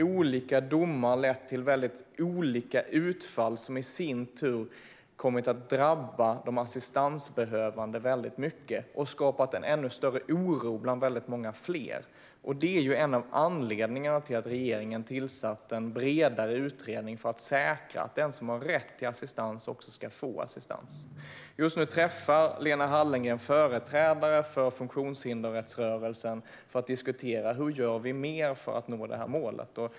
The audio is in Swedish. Olika domar har lett till väldigt olika utfall, vilket i sin tur har kommit att drabba de assistansbehövande väldigt mycket och skapat en ännu större oro bland många fler. Det är en av anledningarna till att regeringen har tillsatt en bredare utredning för att säkra att den som har rätt till assistans också ska få assistans. Just nu träffar Lena Hallengren företrädare för funktionshindersrättsrörelsen för att diskutera hur vi ska göra mer för att nå detta mål.